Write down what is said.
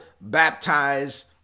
baptize